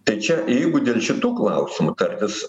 tai čia jeigu dėl šitų klausimų tartis